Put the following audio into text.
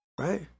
Right